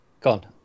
Gone